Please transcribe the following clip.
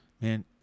Man